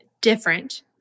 different